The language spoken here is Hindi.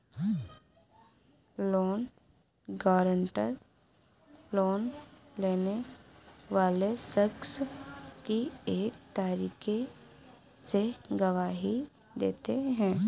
लोन गारंटर, लोन लेने वाले शख्स की एक तरीके से गवाही देते हैं